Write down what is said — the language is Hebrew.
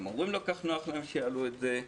והמורים לא כל כך נוח להם שיעלו את זה.